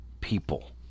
people